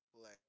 play